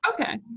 okay